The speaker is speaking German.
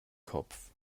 kopf